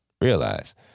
realize